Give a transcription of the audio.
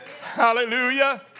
Hallelujah